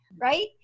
right